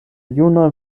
juna